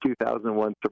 2001